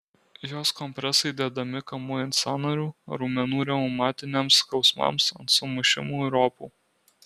jos kompresai dedami kamuojant sąnarių raumenų reumatiniams skausmams ant sumušimų ir opų